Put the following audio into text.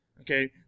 Okay